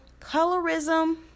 colorism